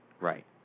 Right